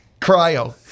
Cryo